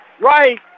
right